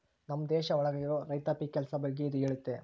ನಮ್ ದೇಶ ಒಳಗ ಇರೋ ರೈತಾಪಿ ಕೆಲ್ಸ ಬಗ್ಗೆ ಇದು ಹೇಳುತ್ತೆ